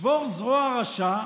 "שבר זרוע רשע"